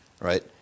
right